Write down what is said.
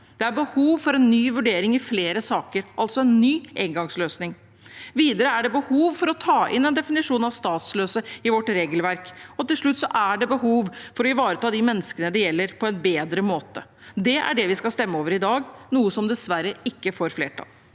Det er behov for en ny vurdering i flere saker, altså en ny engangsløsning. Videre er det behov for å ta inn en definisjon av statsløse i vårt regelverk, og til slutt er det behov for å ivareta de menneskene det gjelder, på en bedre måte. Det er det vi skal stemme over i dag, men som dessverre ikke får flertall.